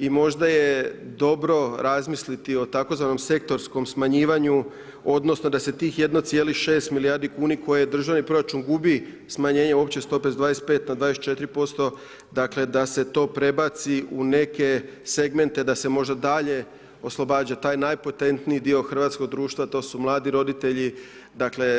I možda je dobro razmisliti o tzv. sektorskom smanjivanju, odnosno da se tih 1,6 milijardi kuna koji je državni proračun gubi smanjenje opće stope s 25 na 24%, dakle da se to prebaci u neke segmente da se možda dalje oslobađa taj najpotentniji dio hrvatskog društva, to su mladi roditelji